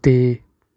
ਤੇ